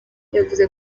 yavuze